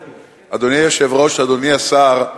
היושב-ראש, אדוני השר,